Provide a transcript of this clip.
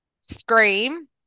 Scream